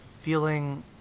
feeling